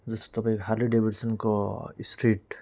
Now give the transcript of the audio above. जस्तो तपाईँको हार्ले डेभिडसनको स्ट्रिट